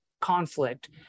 conflict